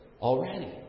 already